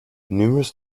numerous